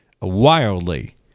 wildly